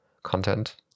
content